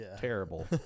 Terrible